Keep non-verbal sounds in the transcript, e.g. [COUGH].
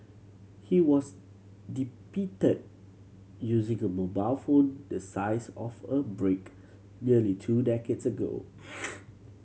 he was depicted using a mobile phone the size of a brick nearly two decades ago [NOISE]